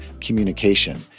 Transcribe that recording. communication